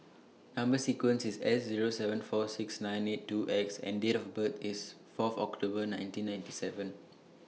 Number sequence IS S Zero seven four six nine eight two X and Date of birth IS Fourth October nineteen ninety seven